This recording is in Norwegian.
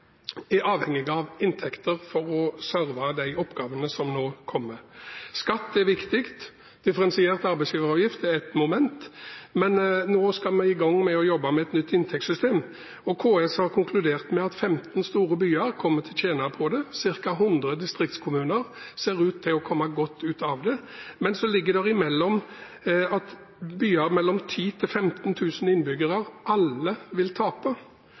er avhengig av inntekter for å serve de oppgavene som nå kommer. Skatt er viktig, differensiert arbeidsgiveravgift er ett moment, og nå skal vi i gang med å jobbe med et nytt inntektssystem. KS har konkludert med at 15 store byer kommer til å tjene på det, og ca. 100 distriktskommuner ser ut til å komme godt ut av det, men så ligger det imellom at alle byer med fra 10 000 til 15 000 innbyggere vil tape.